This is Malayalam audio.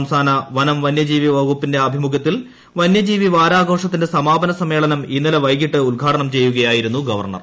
സംസ്ക്കാന വനം വന്യജീവിവകുപ്പിന്റെ ആഭിമുഖ്യത്തിൽ വന്യജീപ്പിപ്പാരാഘോഷത്തിന്റെ സമാപനസമ്മേളനം ഇന്നലെ വൈകിട്ട് ള്ദ്ദ്ഘാടനം ചെയ്യുകയായിരുന്നു ഗവർണർ